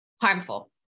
harmful